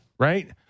Right